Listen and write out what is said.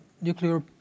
nuclear